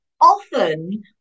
often